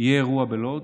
יהיה אירוע בלוד